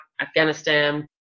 Afghanistan